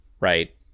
right